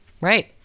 Right